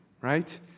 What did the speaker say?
right